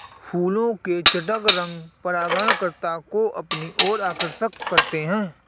फूलों के चटक रंग परागणकर्ता को अपनी ओर आकर्षक करते हैं